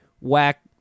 whack